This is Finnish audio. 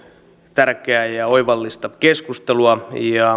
tärkeää ja oivallista keskustelua ja